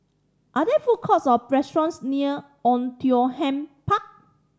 are there food courts or restaurants near Oei Tiong Ham Park